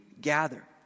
gather